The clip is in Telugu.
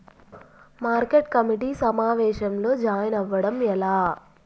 మార్కెట్ కమిటీ సమావేశంలో జాయిన్ అవ్వడం ఎలా?